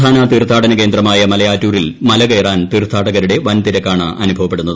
പ്രധാന തീർത്ഥാടന കേന്ദ്രമായ മലയാറ്റൂരിൽ മലകയാറാൻ തീർത്ഥാടകരുടെ വൻതിരക്കാണ് അനുഭവപ്പെടുന്നത്